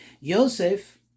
Yosef